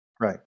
Right